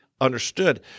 understood